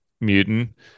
mutant